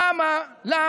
למה?